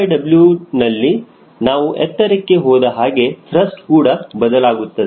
TWನಲ್ಲಿ ನಾನು ಎತ್ತರಕ್ಕೆ ಹೋದಹಾಗೆ ತ್ರಸ್ಟ್ ಕೂಡ ಬದಲಾಗುತ್ತದೆ